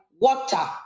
water